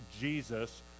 Jesus